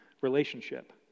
relationship